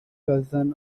cousin